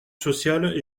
sociale